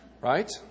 right